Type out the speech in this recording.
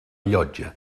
llotja